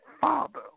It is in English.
father